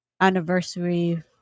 anniversary